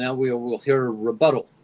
now we'll we'll hear rebuttal.